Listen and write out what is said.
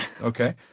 Okay